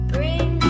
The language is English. Bring